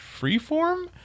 Freeform